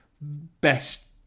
best